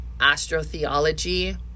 astrotheology